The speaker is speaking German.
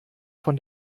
von